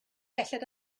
belled